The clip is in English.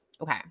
Okay